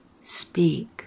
speak